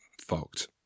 fucked